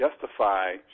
justify